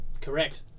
Correct